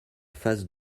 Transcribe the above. phase